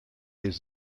les